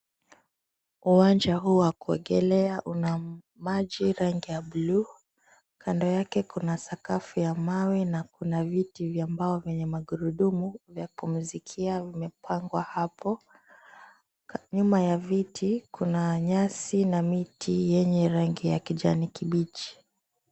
Uwanja huu wa kuogelea una maji ya rangi ya buluu, kando yake kuna sakafu ya mawe, na kuna viti vya mbao vyenye magurudumu vya kupumzikia vilivyopangwa hapo. Nyuma ya viti kuna nyasi na miti yenye rangi ya kijani kibichi.